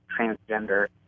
transgender